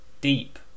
Deep